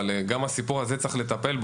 אבל גם בנושא הזה צריך לטפל,